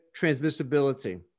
transmissibility